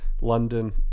London